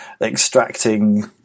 extracting